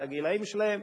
על הגילאים שלהם.